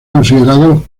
considerados